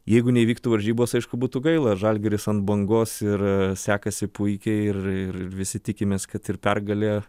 jeigu neįvyktų varžybos aišku būtų gaila žalgiris ant bangos ir sekasi puikiai ir ir visi tikimės kad ir pergalė